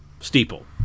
Steeple